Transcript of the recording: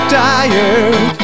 tired